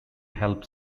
help